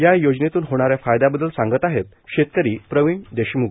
या योजनेतून होणाऱ्या फायदया बददल सांगत आहेत शेतकरी प्रवीण देशम्ख